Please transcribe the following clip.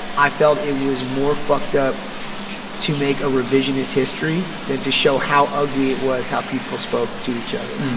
i felt it was more fucked up to make a revisionist history than to show how ugly it was how people spoke to each other.